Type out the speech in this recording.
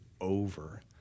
over